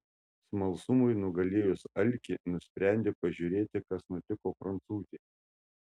smalsumui nugalėjus alkį nusprendė pažiūrėti kas nutiko prancūzei